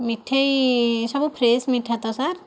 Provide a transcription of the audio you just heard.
ମିଠେଇ ସବୁ ଫ୍ରେସ୍ ମିଠା ତ ସାର୍